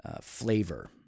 Flavor